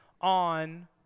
on